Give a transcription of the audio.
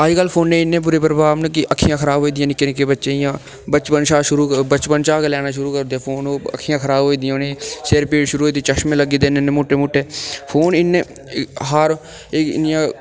अजकल फोनै दे इन्ने प्रभाव न कि अक्खियां खराब होई जंदियां निक्के निक्के बच्चे दियां बचपन चा शुरू बचपन चा गै शुरू करू दे फोन अक्खियां खराब होई जंदियां उ'ने ईं सिर पीड़ होई जंदी चश्मे लग्गी जंदे इन्ने इन्ने मुट्टे फोन इ'न्ने हार्म इन्नियां